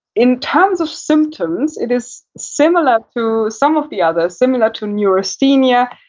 in terms of symptoms, it is similar to some of the other. similar to neurasthenia,